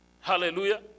Hallelujah